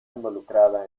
involucrada